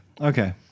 Okay